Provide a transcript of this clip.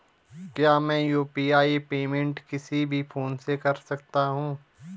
क्या मैं UPI payment किसी भी फोन से कर सकता हूँ?